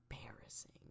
embarrassing